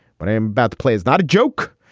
but i'm about the play is not a joke.